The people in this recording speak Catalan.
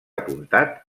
apuntat